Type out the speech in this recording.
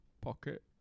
pocket